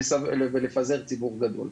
ולפזר ציבור גדול.